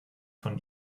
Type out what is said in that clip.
von